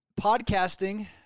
podcasting